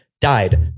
died